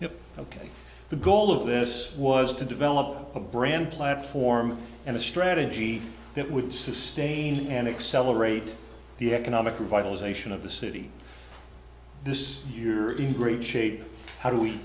here ok the goal of this was to develop a brand platform and a strategy that would sustain and excel rate the economic revitalization of the city this year in great shape how do we